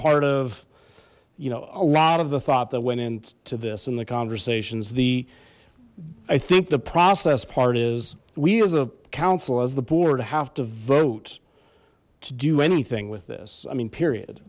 part of you know a lot of the thought that went into this and the conversations the i think the process part is we as a council as the board have to vote to do anything with this i mean period